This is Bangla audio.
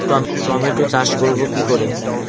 টমেটো চাষ করব কি করে?